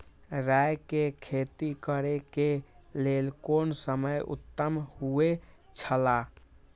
राय के खेती करे के लेल कोन समय उत्तम हुए छला?